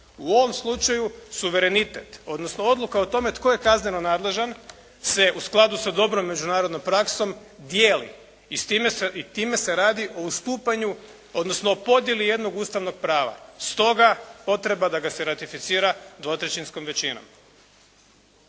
U ovom slučaju suverenitet odnosno odluka o tome tko je kazneno nadležan se u skladu sa dobrom međunarodnom praksom dijeli i s time i time se radi o ustupanju odnosno o podjeli jednog ustavnog prava. Stoga potreba da ga se ratificira dvotrećinskom većinom.